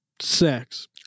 sex